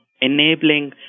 enabling